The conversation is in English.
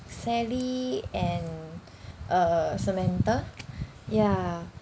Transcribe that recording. sally and uh samantha ya